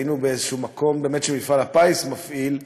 היינו במקום שמפעל הפיס מפעיל,